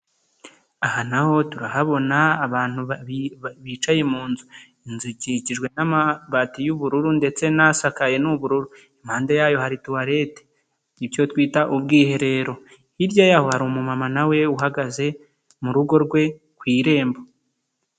Aha naho ho turahabona abantu babiri bicaye mu nzu. Inzu ikikijwe n'amabati y'ubururu ndetse n'asakaye ni ubururu. Impande yayo hari tuwarete. Icyo twita ubwiherero, hirya yaho hari umu mama nawe uhagaze, mu rugo rwe, ku irembo.